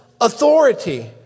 authority